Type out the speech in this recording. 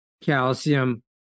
calcium